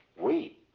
we?